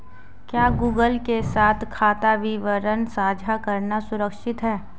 क्या गूगल के साथ खाता विवरण साझा करना सुरक्षित है?